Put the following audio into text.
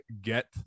get